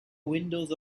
windows